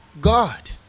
God